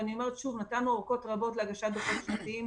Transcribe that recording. אני אומרת שוב: נתנו אורכות רבות להגשת דוחות שנתיים,